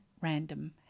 Random